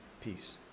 peace